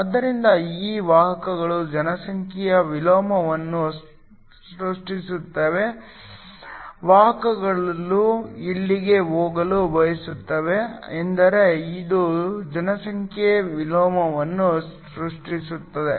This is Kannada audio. ಆದ್ದರಿಂದ ಈ ವಾಹಕಗಳು ಜನಸಂಖ್ಯೆಯ ವಿಲೋಮವನ್ನು ಸೃಷ್ಟಿಸುತ್ತವೆ ವಾಹಕಗಳು ಇಲ್ಲಿಗೆ ಹೋಗಲು ಬಯಸುತ್ತವೆ ಎಂದರೆ ಇದು ಜನಸಂಖ್ಯೆಯ ವಿಲೋಮವನ್ನು ಸೃಷ್ಟಿಸುತ್ತದೆ